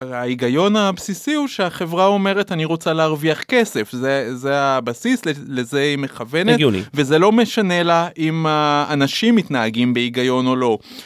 ההיגיון הבסיסי הוא שהחברה אומרת אני רוצה להרוויח כסף זה זה הבסיס לזה היא מכוונת וזה לא משנה לה אם האנשים מתנהגים בהיגיון או לא.